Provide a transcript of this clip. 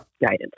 guidance